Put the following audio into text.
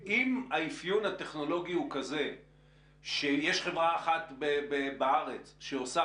האפיון הטכנולוגי ההוא כזה שיש חברה אחת בארץ שעושה